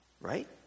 Right